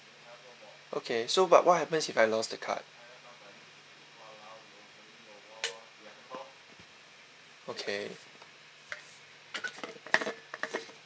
okay so but what happens if I lost the card okay